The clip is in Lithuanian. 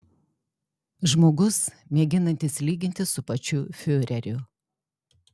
žmogus mėginantis lygintis su pačiu fiureriu